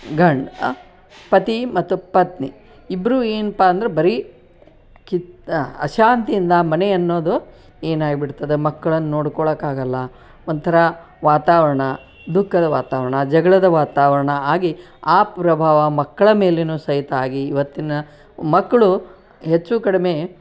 ಗಂಡ ಪತಿ ಮತ್ತು ಪತ್ನಿ ಇಬ್ಬರೂ ಏನಪ್ಪಾ ಅಂದರೆ ಬರೀ ಕಿತ್ತು ಅಶಾಂತಿಯಿಂದ ಮನೆ ಅನ್ನೋದು ಏನಾಗ್ಬಿಡ್ತದೆ ಮಕ್ಳನ್ನು ನೋಡ್ಕೊಳೋಕ್ಕಾಗೋಲ್ಲ ಒಂಥರಾ ವಾತಾವರಣ ದುಃಖದ ವಾತಾವರಣ ಜಗಳದ ವಾತಾವರಣ ಆಗಿ ಆ ಪ್ರಭಾವ ಮಕ್ಕಳ ಮೇಲೆಯೂ ಸಹಿತ ಆಗಿ ಇವತ್ತಿನ ಮಕ್ಕಳು ಹೆಚ್ಚು ಕಡಿಮೆ